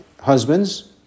husbands